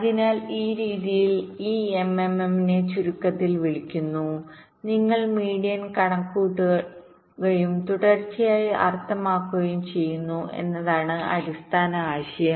അതിനാൽ ഈ രീതിയിൽ ഈ എംഎംഎമ്മിനെ ചുരുക്കത്തിൽ വിളിക്കുന്നു നിങ്ങൾ മീഡിയൻ കണക്കുകൂട്ടുകയും തുടർച്ചയായി അർത്ഥമാക്കുകയും ചെയ്യുക എന്നതാണ് അടിസ്ഥാന ആശയം